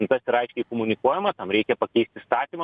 tas yra aiškai komunikuojama tam reikia pakeist įstatymą